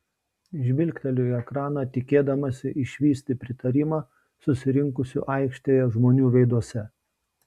žvilgteliu į ekraną tikėdamasi išvysti pritarimą susirinkusių aikštėje žmonių veiduose